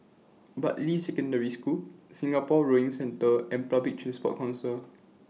Bartley Secondary School Singapore Rowing Centre and Public Transport Council